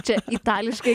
čia itališkai